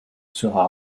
sera